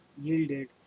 yielded